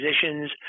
positions